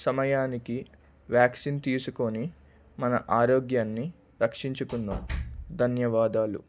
సమయానికి వ్యాక్సిన్ తీసుకొని మన ఆరోగ్యాన్ని రక్షించుకుందాం ధన్యవాదాలు